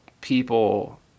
people